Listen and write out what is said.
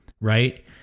right